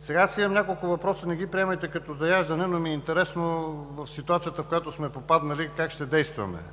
Сега аз имам няколко въпроса. Не ги приемайте като заяждане, но ми е интересно в ситуацията, в която сме попаднали, как ще действаме. В момента